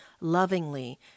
lovingly